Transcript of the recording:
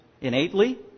innately